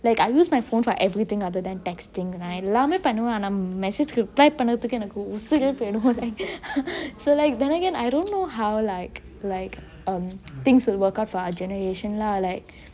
like I use my phone for everything other than texting right எல்லாமெ பன்னுவ ஆனா:ellame pannuve aana message reply பன்ரதுக்கு எனக்கு உசுரே போய்டு:panrathuku enaku usure poidu so like then again I don't know how like like things would work out for our generation lah